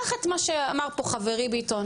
קח את מה שאמר פה חברי ביטון,